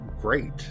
great